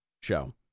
show